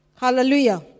Hallelujah